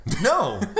No